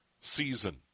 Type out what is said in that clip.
season